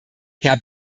herr